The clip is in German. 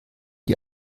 die